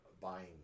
buying